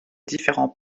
différents